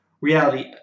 reality